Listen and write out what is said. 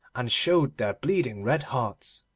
and showed their bleeding red hearts.